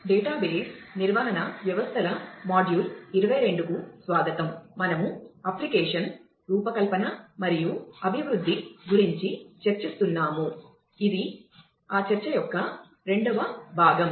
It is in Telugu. డేటాబేస్ రూపకల్పన మరియు అభివృద్ధి గురించి చర్చిస్తున్నాము ఇది ఆ చర్చ యొక్క రెండవ భాగం